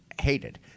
hated